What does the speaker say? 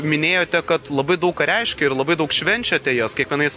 minėjote kad labai daug ką reiškia ir labai daug švenčiate jas kiekvienais